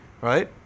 Right